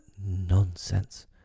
nonsense